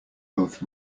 both